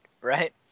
right